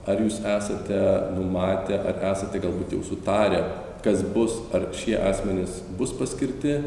ar jūs esate numatę ar esate galbūt jau sutarę kas bus ar šie asmenys bus paskirti